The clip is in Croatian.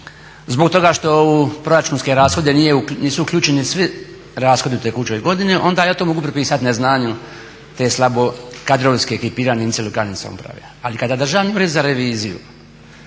zbog toga što u proračunske rashode nisu uključeni svi rashodi u tekućoj godini onda ja to mogu prepisati neznanju te slabo kadrovski ekipirane jedinice lokalne samouprave. Ali kada Državni ured za reviziju